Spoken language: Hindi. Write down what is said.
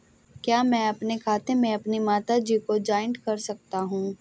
क्या मैं अपने खाते में अपनी माता जी को जॉइंट कर सकता हूँ?